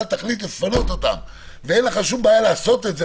תחליט לפנות אותם ואין לך שום בעיה לעשות את זה,